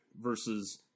versus